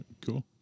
Cool